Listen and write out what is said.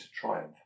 triumph